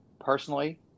personally